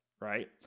right